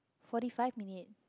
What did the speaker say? forty five minutes